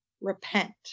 repent